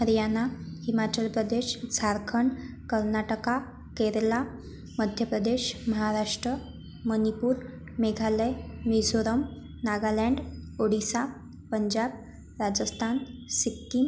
Haryana Himachal Pradesh Jharkhand Karnataka Kerala Madhya Pradesh Maharashtra Manipur Meghalaya Mizoram Nagaland Odisha Punjab Rajasthan Sikkim